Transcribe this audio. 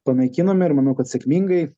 panaikinome ir manau kad sėkmingai